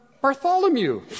Bartholomew